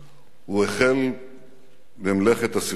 הוא החל במלאכת הסרטוט,